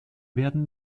werden